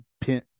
pin